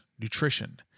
Nutrition